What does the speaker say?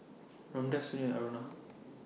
Ramdev Sunil Aruna